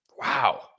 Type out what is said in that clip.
Wow